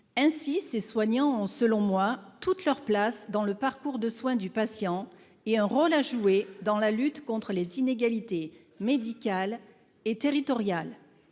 Ainsi ses soignants selon moi toute leur place dans le parcours de soin du patient et un rôle à jouer dans la lutte contre les inégalités médicales et territoriale.